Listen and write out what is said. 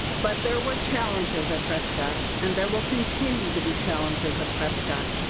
but there were challenges at prescott and there will continue to be challenges at prescott.